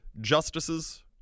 justices